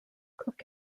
cook